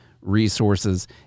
Resources